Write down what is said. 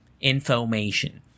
Information